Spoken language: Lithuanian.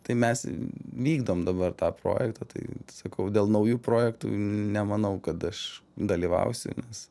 tai mes vykdom dabar tą projektą tai sakau dėl naujų projektų nemanau kad aš dalyvausiu nes